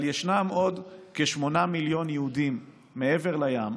אבל ישנם עוד כ-8 מיליון יהודים מעבר לים,